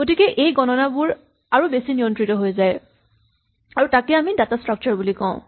গতিকে এই গণনাবোৰ আৰু বেছি নিয়ন্ত্ৰিত হৈ যায় আৰু তাকে আমি ডাটা স্ট্ৰাক্সাৰ বুলি কওঁ